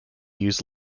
use